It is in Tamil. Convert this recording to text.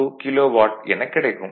712 கிலோ வாட் எனக் கிடைக்கும்